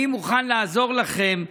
אני מוכן לעזור לכם,